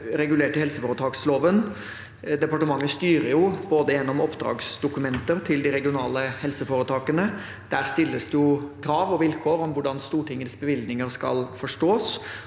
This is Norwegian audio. regulert i helseforetaksloven, og departementet styrer gjennom oppdragsdokumentet til de regionale helseforetakene. Der stilles det krav og vilkår om hvordan Stortingets bevilgninger skal forstås.